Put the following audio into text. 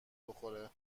بخوره